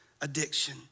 addiction